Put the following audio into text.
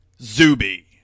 Zuby